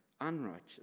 unrighteous